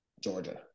Georgia